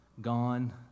Gone